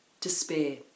despair